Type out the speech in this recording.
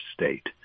state